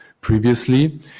Previously